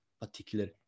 particular